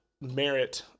merit